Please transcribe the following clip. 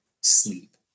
Sleep